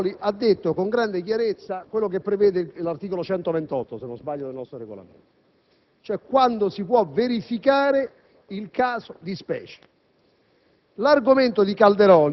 presidente Calderoli ha ricordato con grande chiarezza quello che prevede l'articolo 128 del nostro Regolamento, cioè quando si può verificare il caso di specie.